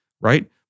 right